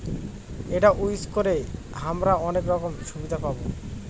এটা ইউজ করে হামরা অনেক রকম সুবিধা পাবো